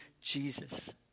Jesus